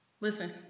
Listen